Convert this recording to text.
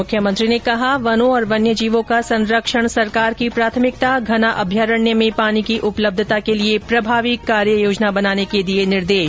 मुख्यमंत्री ने कहा वनों और वन्य जीवों का संरक्षण सरकार की प्राथमिकता घना अभयारण्य में पानी की उपलब्धता के लिए प्रभावी कार्य योजना बनाने के दिए निर्देश